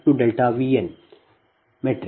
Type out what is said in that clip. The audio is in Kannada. ಈ ಸಮೀಕರಣವನ್ನು 2 a ಎಂದು ನೀಡಲಾಗಿದೆ